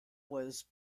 was